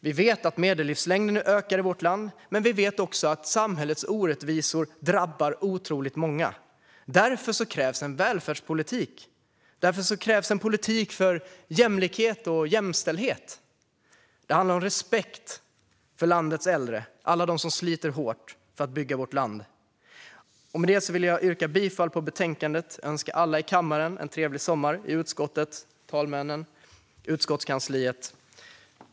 Vi vet att medellivslängden ökar i vårt land, men vi vet också att samhällets orättvisor drabbar otroligt många. Därför krävs en välfärdspolitik. Därför krävs en politik för jämlikhet och jämställdhet. Det handlar om respekt för landets äldre - för alla dem som sliter hårt för att bygga vårt land. Med det yrkar jag bifall till utskottets förslag i betänkandet och önskar alla i kammaren en trevlig sommar. Det gäller även utskottet, talmännen och utskottskansliet.